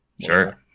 sure